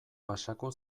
pasako